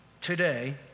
today